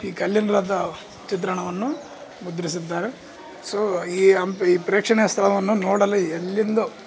ಈ ಕಲ್ಲಿನ ರಥ ಚಿತ್ರಣವನ್ನು ಮುದ್ರಿಸಿದ್ದಾರೆ ಸೋ ಈ ಹಂಪಿ ಪ್ರೇಕ್ಷಣೀಯ ಸ್ಥಳವನ್ನು ನೋಡಲು ಎಲ್ಲಿಂದೋ